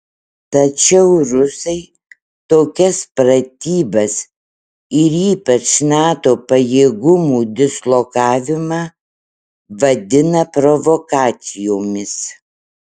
tačiau rusai tokias pratybas ir ypač nato pajėgumų dislokavimą vadina provokacijomis